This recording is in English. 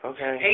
Okay